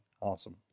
Awesome